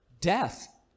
death